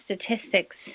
statistics